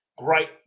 great